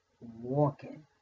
walking